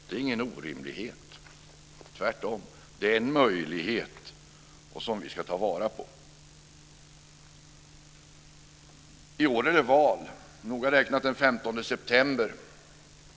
Det är ingen orimlighet - tvärtom är det en möjlighet som vi ska ta vara på. I år är det val, noga räknat den 15 september.